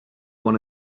wanna